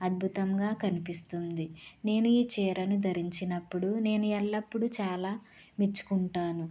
అద్భుతంగా కనిపిస్తుంది నేను ఈ చీరను ధరించినప్పుడు నేను ఎల్లప్పుడు చాలా మెచ్చుకుంటాను